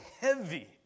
heavy